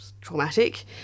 traumatic